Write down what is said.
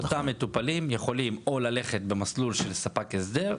אותם מטופלים יכולים או ללכת במסלול של ספק הסדר,